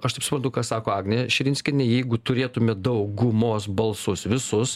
aš taip suprantu ką sako agnė širinskienė jeigu turėtume daugumos balsus visus